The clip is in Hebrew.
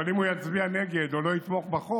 אבל אם הוא יצביע נגד או לא יתמוך בחוק,